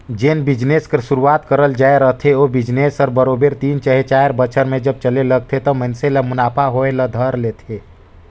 जेन बिजनेस कर सुरूवात करल जाए रहथे ओ बिजनेस हर बरोबेर तीन चहे चाएर बछर में जब चले लगथे त मइनसे ल मुनाफा होए ल धर लेथे